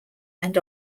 and